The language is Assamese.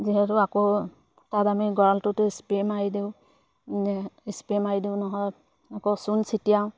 যিহেতু আকৌ তাত আমি গঁৰালটোতো স্প্ৰে' মাৰি দিওঁ ইস্প্ৰে' মাৰি দিওঁ নহয় আকৌ চূণ ছিটিয়াওঁ